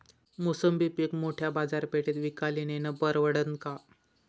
मोसंबी पीक मोठ्या बाजारपेठेत विकाले नेनं परवडन का?